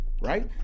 right